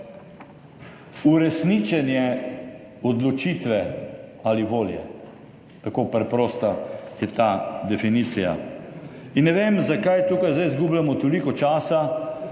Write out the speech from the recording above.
uresničenje odločitve ali volje, tako preprosta je ta definicija. Ne vem, zakaj tukaj zdaj izgubljamo toliko časa,